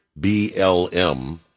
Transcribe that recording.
BLM